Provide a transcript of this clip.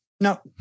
no